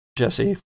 Jesse